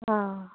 অঁ